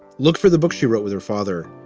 look for the book she wrote with her father.